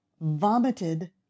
vomited